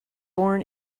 born